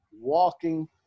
walking